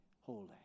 holy